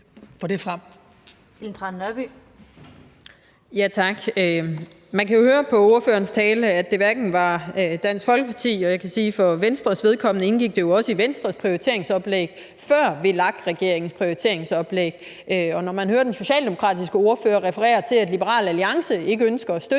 Man kan jo høre på ordførerens tale, at det ikke skyldtes Dansk Folkeparti, og for Venstres vedkommende indgik det jo også i Venstres prioriteringsoplæg før VLAK-regeringens prioriteringsoplæg. Og når man hører den socialdemokratiske ordfører referere til, at Liberal Alliance ikke ønsker at støtte